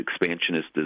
expansionist